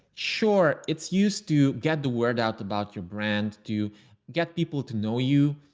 sure, it's used to get the word out about your brand to get people to know you.